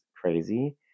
crazy